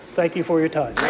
thank you for your time.